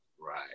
Right